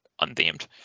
unthemed